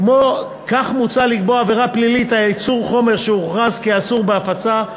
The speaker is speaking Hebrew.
כך מוצע לקבוע עבירה פלילית על ייצור חומר שהוכרז כאסור בהפצה,